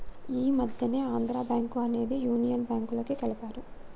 ఈ మధ్యనే ఆంధ్రా బ్యేంకు అనేది యునియన్ బ్యేంకులోకి కలిపారు